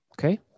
Okay